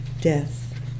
death